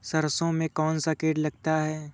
सरसों में कौनसा कीट लगता है?